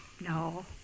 No